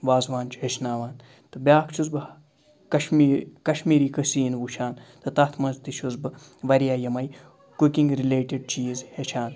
وازٕوان چھُ ہیٚچھناوان تہٕ بیٛاکھ چھُس بہٕ کَشمیٖر کَشمیٖری قٔسیٖنہٕ وُچھان تہٕ تَتھ منٛز تہِ چھُس بہٕ واریاہ یِمَے کُکِنٛگ رِلیٹِڈ چیٖز ہیٚچھان